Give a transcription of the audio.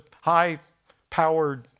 high-powered